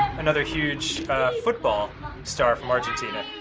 another huge football star from argentina.